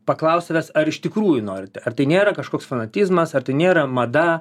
paklausti savęs ar iš tikrųjų norite ar tai nėra kažkoks fanatizmas ar tai nėra mada